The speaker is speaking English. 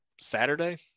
saturday